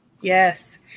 Yes